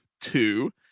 two